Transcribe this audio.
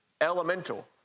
elemental